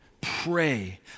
Pray